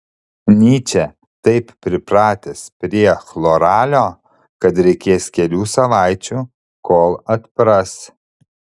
nyčė taip pripratęs prie chloralio kad reikės kelių savaičių kol atpras